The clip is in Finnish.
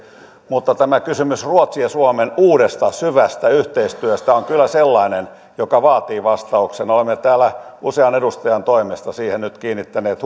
mutta tämä kysymys ruotsin ja suomen uudesta syvästä yhteistyöstä on kyllä sellainen joka vaatii vastauksen olemme täällä usean edustajan toimesta siihen nyt kiinnittäneet